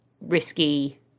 risky